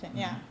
mm